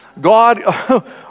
God